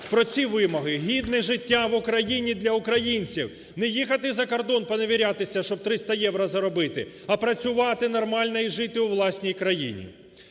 про ці вимоги. Гідне життя в Україні для українців. Не їхати за кордон, поневірятися, щоб 300 євро заробити, а працювати нормально, і жити у власній країні.